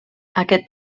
aquest